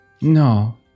No